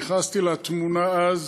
נכנסתי לתמונה אז